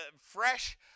fresh